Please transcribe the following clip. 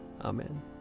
Amen